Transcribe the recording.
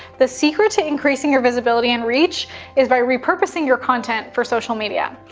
the secret to increasing your visibility and reach is by repurposing your content for social media.